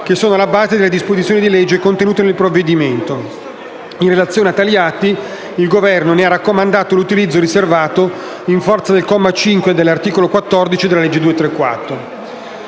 che sono alla base delle disposizioni di legge contenute nel provvedimento. In relazione a tali atti, il Governo ne ha raccomandato l'utilizzo riservato, in forza del comma 5 dell'articolo 14 della legge n.